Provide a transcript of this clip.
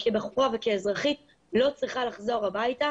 כבחורה וכאזרחית לא צריכה לחזור הביתה